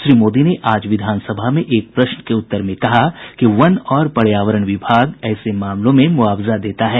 श्री मोदी ने आज विधानसभा में एक प्रश्न के उत्तर में कहा कि वन और पर्यावरण विभाग ऐसे मामलों में मुआवजा देता है